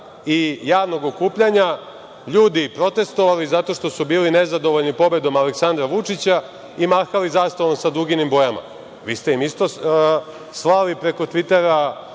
i javnog okupljanja, ljudi protestvovali zato što su bili nezadovoljni pobedom Aleksandra Vučića i mahali zastavama sa duginim bojama. Vi ste im isto preko tvitera